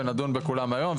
ונדון בכולם היום,